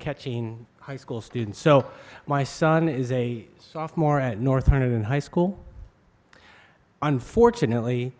catching high school student so my son is a sophomore at north end and high school unfortunately